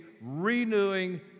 renewing